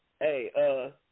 hey